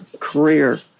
career